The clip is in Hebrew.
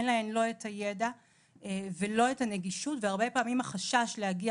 אין להן לא את הידע ולא את הנגישות והרבה מאוד פעמים החשש להגיע